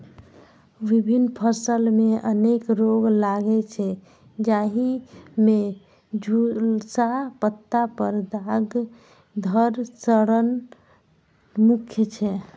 विभिन्न फसल मे अनेक रोग लागै छै, जाहि मे झुलसा, पत्ता पर दाग, धड़ सड़न मुख्य छै